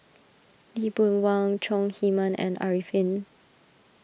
Lee Boon Wang Chong Heman and Arifin